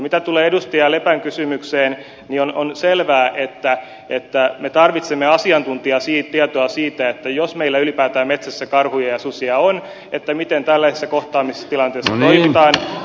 mitä tulee edustaja lepän kysymykseen niin on selvää että me tarvitsemme asiantuntijatietoa siitä jos meillä ylipäätään metsässä karhuja ja susia on miten tällaisessa kohtaamistilanteessa toimitaan